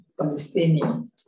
Palestinians